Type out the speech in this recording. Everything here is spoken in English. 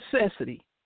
necessity